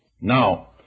Now